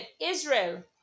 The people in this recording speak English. israel